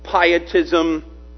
pietism